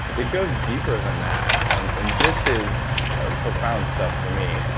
it goes deeper than that, and and this is profound stuff for me,